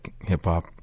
hip-hop